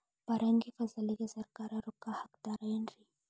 ಪರಂಗಿ ಫಸಲಿಗೆ ಸರಕಾರ ರೊಕ್ಕ ಹಾಕತಾರ ಏನ್ರಿ?